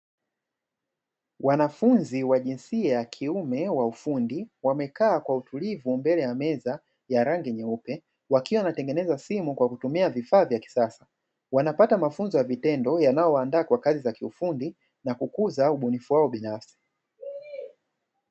Wanafunzi wa jinsia ya kiume wa ufundi, wamekaa kwa utulivu mbele ya meza ya rangi nyeupe, wakiwa wanatengeneza simu, kwa kutumia vifaa vya kisasa, wanapata mafunzo ya vitendo, yanayowaandaa kwa kazi ya ufundi, na kukuza ubunifu wao binafsi.